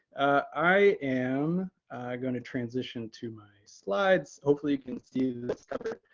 i am going to transition to my slides. hopefully you can see this couple.